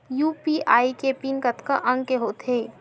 UPI के PIN कतका अंक के होथे?